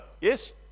Yes